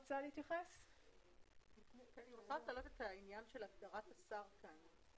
אני רוצה לדבר על העניין של הגדרת השר כאן.